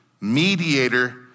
mediator